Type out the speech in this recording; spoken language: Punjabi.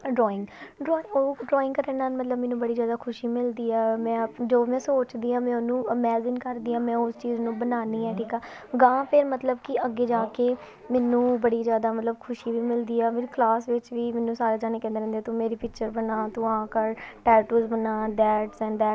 ਅ ਡਰੋਇੰਗ ਡਰੋਇੰਗ ਕਰਨ ਨਾਲ ਮਤਲਬ ਮੈਨੂੰ ਬੜੀ ਜ਼ਿਆਦਾ ਖੁਸ਼ੀ ਮਿਲਦੀ ਹੈ ਮੈਂ ਜੋ ਮੈਂ ਸੋਚਦੀ ਹਾਂ ਮੈਂ ਉਹਨੂੰ ਇਮੈਜਨ ਕਰਦੀ ਹਾਂ ਮੈਂ ਉਸ ਚੀਜ਼ ਨੂੰ ਬਣਾਉਂਦੀ ਹਾਂ ਠੀਕ ਆ ਅਗਾਂਹ ਫਿਰ ਮਤਲਬ ਕਿ ਅੱਗੇ ਜਾ ਕੇ ਮੈਨੂੰ ਬੜੀ ਜ਼ਿਆਦਾ ਮਤਲਬ ਖੁਸ਼ੀ ਵੀ ਮਿਲਦੀ ਆ ਮੇਰੀ ਕਲਾਸ ਵਿੱਚ ਵੀ ਮੈਨੂੰ ਸਾਰੇ ਜਾਣੇ ਕਹਿੰਦੇ ਰਹਿੰਦੇ ਤੂੰ ਮੇਰੀ ਪਿਕਚਰ ਬਣਾ ਤੂੰ ਆ ਕਰ ਟੈਟੂਜ ਬਣਾ ਦੈਟਸ ਐਂਡ ਦੈਟਸ